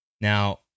Now